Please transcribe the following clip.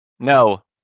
No